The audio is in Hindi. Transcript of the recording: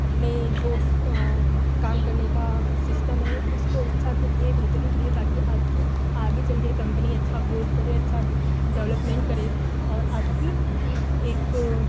अपने जो काम करने का सिस्टम है उसको अच्छा करिए बेहतरीन करिए ताकि आपकी आगे चल के कम्पनी अच्छा ग्रोथ करे अच्छा डेवलपमेंट करे और आपकी एक